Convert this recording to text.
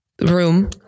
room